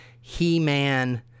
He-Man